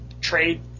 trade